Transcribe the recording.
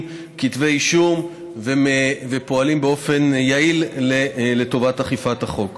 כתבי אישום ופועלים באופן יעיל לטובת אכיפת החוק.